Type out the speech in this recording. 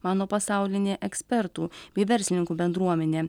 mano pasaulinė ekspertų bei verslininkų bendruomenė